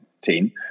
team